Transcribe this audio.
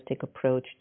approach